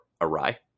awry